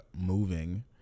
moving